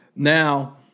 Now